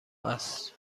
است